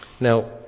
Now